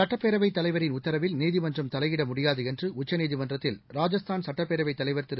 சுட்டப்பேரவைத் தலைவரின் உத்தரவில் நீதிமன்றம் தலையிடமுடியாதுஎன்றுஉச்சநீதிமன்றத்தில் ராஜஸ்தான் சட்டப்பேரவைத் தலைவர் திரு